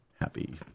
Happy